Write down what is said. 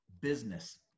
business